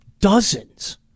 dozens